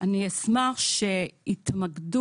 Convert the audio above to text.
אני אשמח שיתמקדו